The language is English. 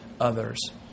others